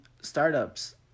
startups